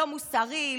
לא מוסרי,